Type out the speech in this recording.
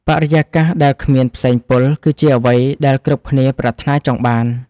បរិយាកាសដែលគ្មានផ្សែងពុល គឺជាអ្វីដែលគ្រប់គ្នាប្រាថ្នាចង់បាន។